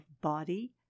body